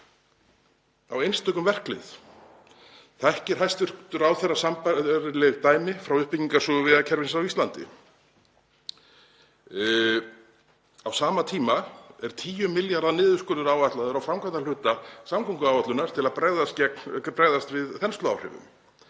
á einstökum verklið? Þekkir hæstv. ráðherra sambærileg dæmi frá uppbyggingarsögu vegakerfisins á Íslandi? Á sama tíma er 10 milljarða niðurskurður áætlaður á framkvæmdahluta samgönguáætlunar til að bregðast við þensluáhrifum.